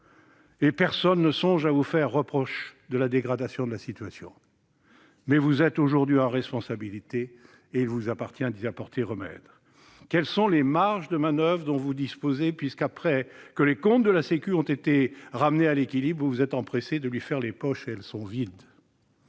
et personne ne songe à vous faire reproche de la dégradation de la situation, monsieur le secrétaire d'État. Mais vous êtes aujourd'hui aux responsabilités, et il vous appartient d'y apporter remède. Quelles sont les marges de manoeuvre dont vous disposez ? Après que les comptes de la sécurité sociale ont été ramenés à l'équilibre, vous vous êtes empressés de lui faire les poches, et elles sont